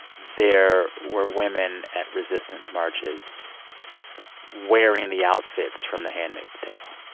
there were women at resistance marches wearing the outfits from the handmaid's tale.